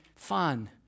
Fun